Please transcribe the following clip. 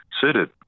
suited